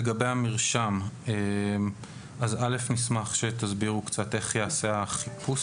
לגבי המרשם: נשמח שתסבירו איך ייעשה החיפוש